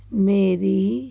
ਮੇਰੀ